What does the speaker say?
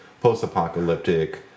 post-apocalyptic